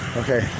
okay